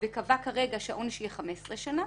וקבע כרגע שהעונש יהיה 15 שנים,